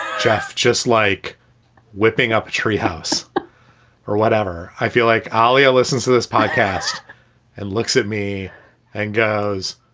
jeff, just like whipping up a tree house or whatever. i feel like, ali, i listen to this podcast and looks at me and goes,